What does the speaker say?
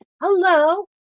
hello